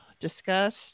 discussed